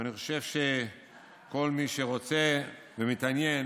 ואני חושב שכל מי שרוצה ומתעניין